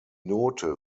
note